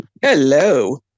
hello